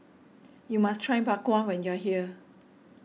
you must try Bak Kwa when you are here